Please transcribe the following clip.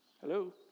Hello